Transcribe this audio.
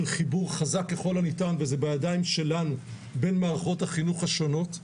חיבור חזק ככל הניתן בין מערכות החינוך השונות.